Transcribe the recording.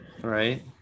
Right